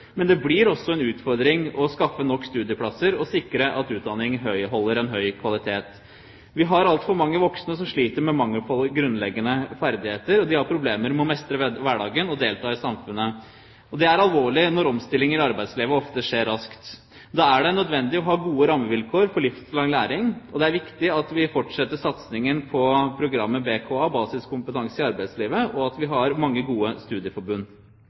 men det blir også en utfordring å skaffe nok studieplasser og sikre at utdanningen holder høy kvalitet. Vi har altfor mange voksne som sliter med mangel på grunnleggende ferdigheter, og som har problemer med å mestre hverdagen og delta i samfunnet. Det er alvorlig, når omstillinger i arbeidslivet ofte skjer raskt. Da er det nødvendig å ha gode rammevilkår for livslang læring, og det er viktig at vi fortsetter satsingen på programmet BKA – Program for basiskompetanse i arbeidslivet – og at vi har mange gode studieforbund.